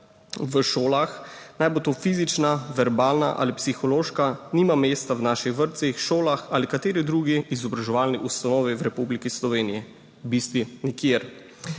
v šolah, naj bo to fizična, verbalna ali psihološka, nima mesta v naših vrtcih, šolah ali kateri drugi izobraževalni ustanovi v Republiki Sloveniji, v bistvu nikjer.